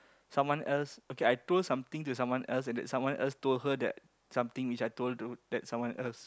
someone else okay I told something to someone else and that someone else told her that something which I told to that someone else